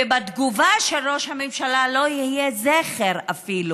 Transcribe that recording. ובתגובה של ראש הממשלה לא יהיה אפילו